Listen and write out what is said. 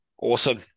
Awesome